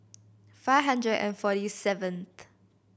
five hundred and forty seventh